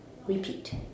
Repeat